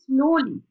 slowly